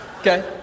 Okay